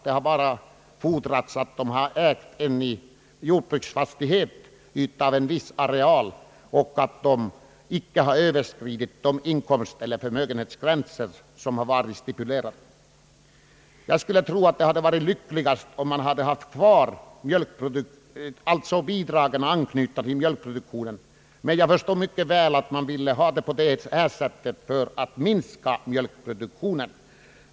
Det har för att erhålla sådana bara fordrats, att man ägt en jordbruksfastighet av en viss åkerareal och att man icke överskridit de inkomstoch förmögenhetsgränser som varit stipulerade. Jag skulle tro att det hade varit lyckligast om man hade fortsatt att ha bidragen knutna till mjölkproduktionen. Jag förstår mycket väl att man ville ha den nuvarande ordningen för att minska mjölkproduktionen.